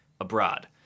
abroad